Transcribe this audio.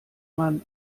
man